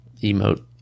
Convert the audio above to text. emote